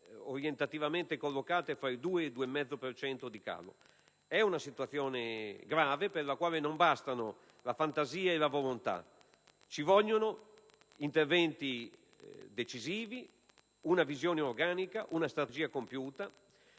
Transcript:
orientativamente collocate tra il 2 e il 2,5 per cento di calo. È una situazione grave per la quale non bastano la fantasia e la volontà, ma sono necessari interventi decisivi, una visione organica e una strategia compiuta,